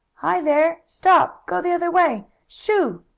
hi, there! stop! go the other way! shoo!